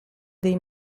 dei